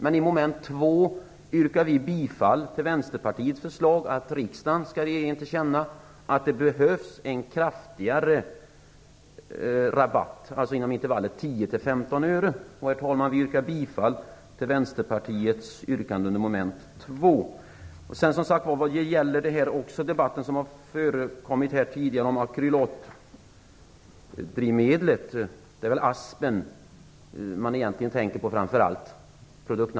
När det gäller mom. 2 i utskottets hemställan yrkar vi bifall till Vänsterpartiets förslag, att riksdagen skall ge regeringen till känna att det behövs en kraftigare rabatt inom intervallet 10-15 öre. Herr talman! Vi yrkar bifall till Vänsterpartiets yrkande beträffande mom. 2. Det har förekommit en debatt tidigare om akrylatdrivmedel - det är väl produktnamnet Aspen man tänker på framför allt.